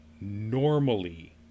normally